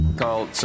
called